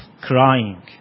crying